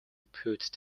put